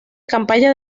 campaña